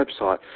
website